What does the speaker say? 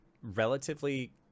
relatively